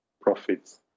profits